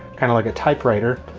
kind of like a typewriter,